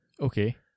Okay